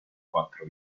quattro